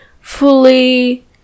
fully